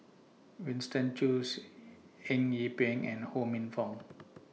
Winston Choos Eng Yee Peng and Ho Minfong